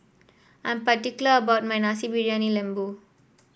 I'm particular about my Nasi Briyani Lembu